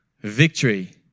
Victory